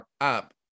up